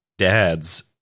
dads